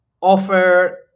offer